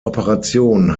operation